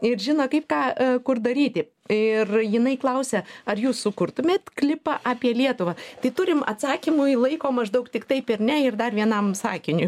ir žino kaip ką daryti ir jinai klausia ar jūs sukurtumėt klipą apie lietuvą tai turim atsakymui laiko maždaug tik taip ir ne ir dar vienam sakiniui